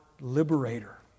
liberator